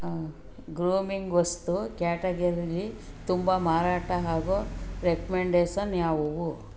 grooming ವಸ್ತು ಕ್ಯಾಟಗರೀಲಿ ತುಂಬ ಮಾರಾಟ ಹಾಗು ರೆಕಮೆಂಡೇಷನ್ ಯಾವುವು